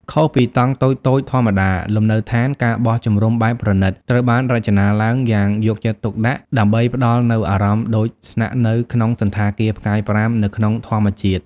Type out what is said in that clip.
ខុសពីតង់តូចៗធម្មតា លំនៅដ្ឋាន ការបោះជំរំបែបប្រណីត ត្រូវបានរចនាឡើងយ៉ាងយកចិត្តទុកដាក់ដើម្បីផ្តល់នូវអារម្មណ៍ដូចស្នាក់នៅក្នុងសណ្ឋាគារផ្កាយប្រាំនៅក្នុងធម្មជាតិ។